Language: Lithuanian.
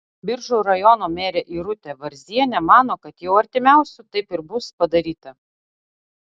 biržų rajono merė irutė varzienė mano kad jau artimiausiu taip ir bus padaryta